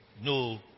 No